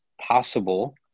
possible